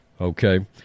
Okay